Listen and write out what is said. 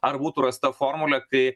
ar būtų rasta formulė kai